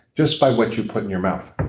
just by what you put in your mouth